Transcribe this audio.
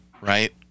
right